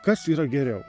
kas yra geriau